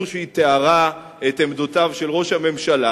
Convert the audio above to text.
שהיא תיארה את עמדותיו של ראש הממשלה,